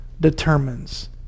determines